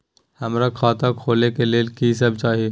हमरा खाता खोले के लेल की सब चाही?